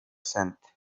sent